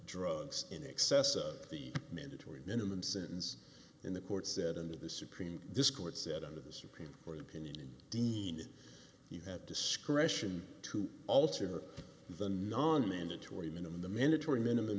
drugs in excess of the mandatory minimum sentence in the court said into the supreme court said under the supreme court opinion you have discretion to alter the non mandatory minimum the mandatory minimum